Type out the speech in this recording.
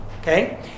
Okay